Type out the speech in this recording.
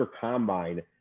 Combine